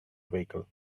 vehicle